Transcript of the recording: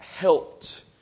helped